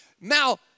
Now